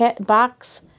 box